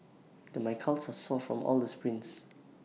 then my calves are sore from all the sprints